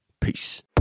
Peace